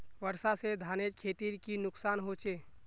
वर्षा से धानेर खेतीर की नुकसान होचे?